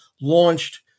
launched